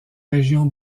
région